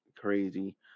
crazy